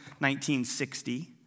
1960